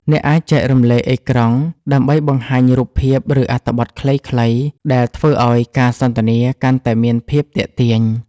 អ្នកអាចចែករំលែកអេក្រង់ ដើម្បីបង្ហាញរូបភាព ឬអត្ថបទខ្លីៗ ដែលធ្វើឱ្យការសន្ទនាកាន់តែមានភាពទាក់ទាញ។